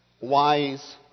wise